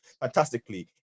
fantastically